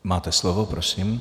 Máte slovo, prosím.